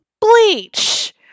Bleach